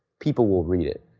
people will read it.